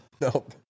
Nope